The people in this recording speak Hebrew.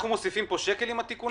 אנחנו מוסיפים פה שקל עם התיקון הזה?